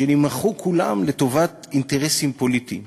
שנמעכו כולם לטובת אינטרסים פוליטיים.